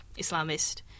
Islamist